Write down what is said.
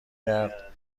کرد